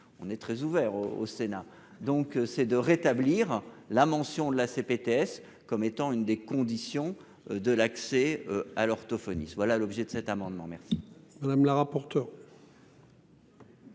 on est très ouvert au au Sénat. Donc c'est de rétablir la mention la CPTS comme étant une des conditions de l'accès à l'orthophoniste. Voilà l'objet de cet amendement. Merci madame la rapporteure.